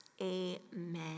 Amen